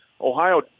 Ohio